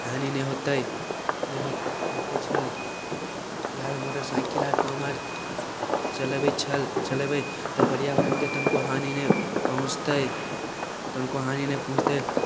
हानी नहि होयतै हो नहि होयतै छल बिहारमे मोटरसाँइकिल आर कम आर चलबै छल चलबै तऽ पर्याबरणके तनको हानी नहि पहुँचतै तनिको हानी नहि पहुँचतै